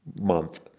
month